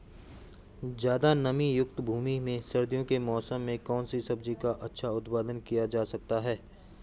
ज़्यादा नमीयुक्त भूमि में सर्दियों के मौसम में कौन सी सब्जी का अच्छा उत्पादन किया जा सकता है?